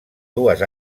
dues